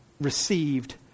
received